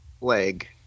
leg